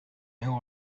who